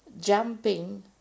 jumping